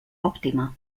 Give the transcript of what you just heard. òptima